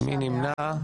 מי נמנע?